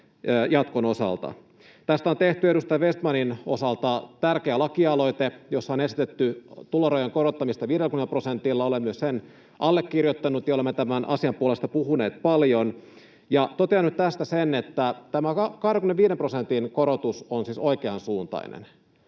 jatkon osalta. Tästä on tehty edustaja Vestmanin osalta tärkeä lakialoite, jossa on esitetty tulorajojen korottamista 50 prosentilla — olen myös sen allekirjoittanut —, ja olemme tämän asian puolesta puhuneet paljon. Totean tästä nyt sen, että tämä 25 prosentin korotus on siis oikeansuuntainen,